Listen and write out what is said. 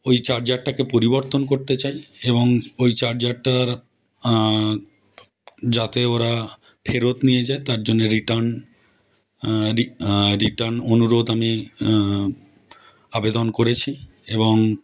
ঐ চার্জারটাকে পরিবর্তন করতে চাই এবং ঐ চার্জারটার যাতে ওরা ফেরত নিয়ে যায় তার জন্যে রিটার্ন রিটার্ন অনুরোধ আমি আবেদন করেছি এবং